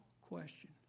question